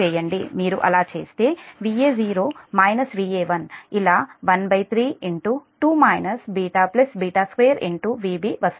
మీరు అలా చేస్తే Va0 Va1 ఇలా13 2 β β2 Vb వస్తుంది